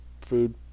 food